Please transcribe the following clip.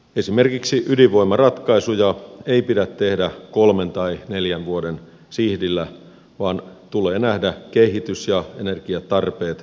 esimerkiksi ydinvoimaratkaisuja ei pidä tehdä kolmen tai neljän vuoden sihdillä vaan tulee nähdä kehitys ja energiatarpeet vuosikymmenien päähän